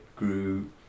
grew